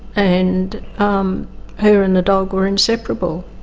and um her and the dog were inseparable.